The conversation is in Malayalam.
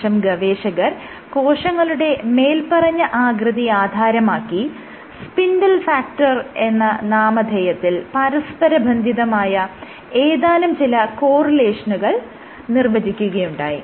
ശേഷം ഗവേഷകർ കോശങ്ങളുടെ മേല്പറഞ്ഞ ആകൃതി ആധാരമാക്കി സ്പിൻഡിൽ ഫാക്റ്റർ എന്ന നാമധേയത്തിൽ പരസ്പരബന്ധിതമായ ഏതാനും ചില കോറിലേഷനുകൾ നിർവചിക്കുകയുണ്ടായി